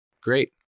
Great